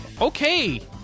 Okay